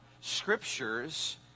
scriptures